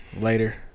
Later